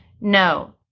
No